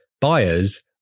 buyers